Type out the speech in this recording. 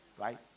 right